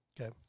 Okay